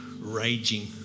raging